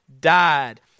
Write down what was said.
died